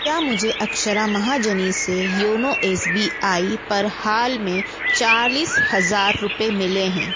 क्या मुझे अक्षरा महाजनी से योनो एस बी आई पर हाल में चालीस हज़ार रुपये मिले हैं